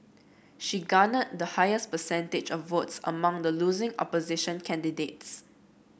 she garnered the highest percentage of votes among the losing opposition candidates